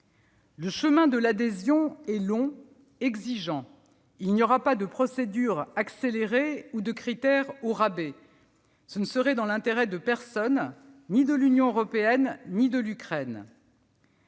Le chemin de l'adhésion est long, exigeant. Il n'y aura pas de procédure accélérée ou de critères au rabais. Ce ne serait dans l'intérêt de personne, ni de l'Union européenne ni de l'Ukraine.